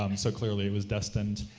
um so clearly it was destined,